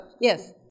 Yes